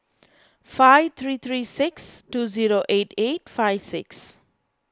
five three three six two zero eight eight five six